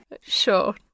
Sure